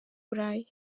burayi